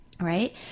Right